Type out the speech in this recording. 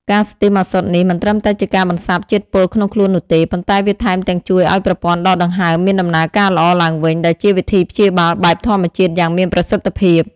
ការស្ទីមឱសថនេះមិនត្រឹមតែជាការបន្សាបជាតិពុលក្នុងខ្លួននោះទេ ប៉ុន្តែវាថែមទាំងជួយឲ្យប្រព័ន្ធដកដង្ហើមមានដំណើរការល្អឡើងវិញ ដែលជាវិធីព្យាបាលបែបធម្មជាតិយ៉ាងមានប្រសិទ្ធភាព។